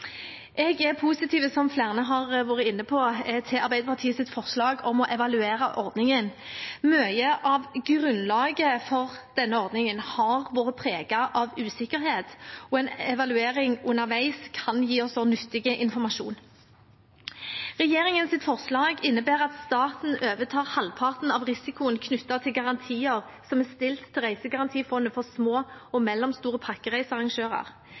Jeg er positiv til – som flere har vært inne på – Arbeiderpartiets forslag om å evaluere ordningen. Mye av grunnlaget for denne ordningen har vært preget av usikkerhet, og en evaluering underveis kan gi oss nyttig informasjon. Regjeringens forslag innebærer at staten overtar halvparten av risikoen knyttet til garantier som er stilt til Reisegarantifondet for små og mellomstore pakkereisearrangører.